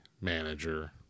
manager